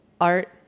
art